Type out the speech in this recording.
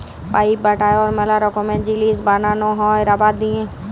pipe, tyre ম্যালা রকমের জিনিস বানানো হ্যয় রাবার দিয়ে